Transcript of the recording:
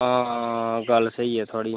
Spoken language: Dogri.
हां गल्ल स्हेई ऐ थोआढ़ी